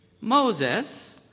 Moses